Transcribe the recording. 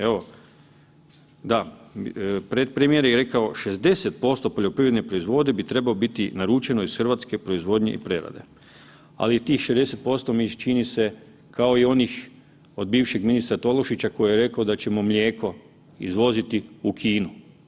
Evo, da, premijer je rekao 60% poljoprivredne proizvodnje bi trebalo biti naručeno iz hrvatske proizvodnje i prerade, ali tih 60% mi čini se, kao i onih od bivšeg ministra Tolušića koji je rekao da ćemo mlijeko izvoziti u Kinu.